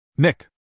Nick